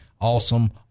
awesome